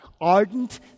ardent